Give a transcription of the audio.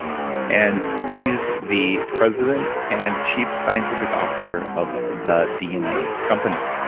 and he's the president and chief scientific officer of the dna company.